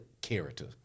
character